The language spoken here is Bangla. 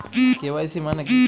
কে.ওয়াই.সি মানে কী?